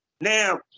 now